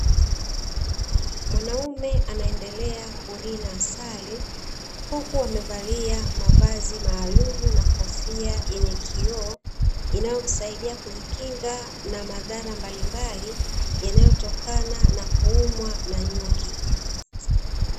Mwanaume anaendelea kulina asali huku amevalia mavazi maalumu na kofia yenye kioo, inayomsaidia kumkinga na madhara mabalimbali yanayotokana na kuumwa na nyuki.